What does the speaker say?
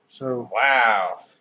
Wow